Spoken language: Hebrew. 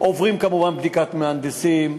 הן עוברות כמובן בדיקת מהנדסים.